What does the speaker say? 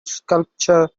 sculpture